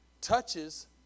touches